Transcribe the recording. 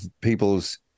people's